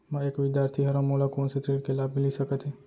मैं एक विद्यार्थी हरव, मोला कोन से ऋण के लाभ मिलिस सकत हे?